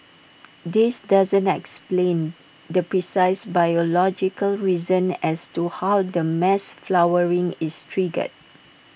this doesn't explain the precise biological reason as to how the mass flowering is triggered